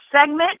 segment